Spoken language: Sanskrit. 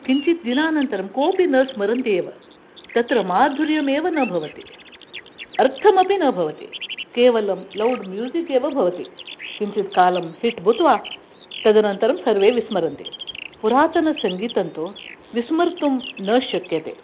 किञ्चित् दिनानन्तरं कोपि न स्मरन्ति एव तत्र माधुर्यमेव न भवति अर्थमपि न भवति केवलं लौड् म्यूसिक् एव भवति किञ्चित् कालं हिट् भूत्वा तदनन्तरं सर्वे विस्मरन्ति पुरातनसङ्गीतं तु विस्मर्तुं न शक्यते